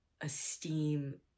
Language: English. esteem